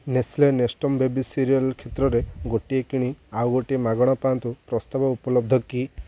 Nestle Nestum baby cereal କ୍ଷେତ୍ରରେ ଗୋଟିଏ କିଣି ଆଉ ଗୋଟିଏ ମାଗଣା ପାଆନ୍ତୁ ପ୍ରସ୍ତାବ ଉପଲବ୍ଧ କି